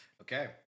Okay